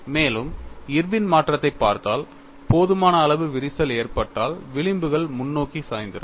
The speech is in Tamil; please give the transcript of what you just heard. மேலும் இர்வின் மாற்றத்தைப் பார்த்தால் போதுமான அளவு விரிசல் ஏற்பட்டால் விளிம்புகள் முன்னோக்கி சாய்ந்திருக்கும்